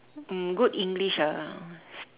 um good English ah